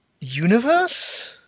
Universe